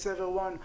עם Saver One,